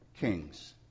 Kings